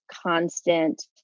constant